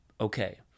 okay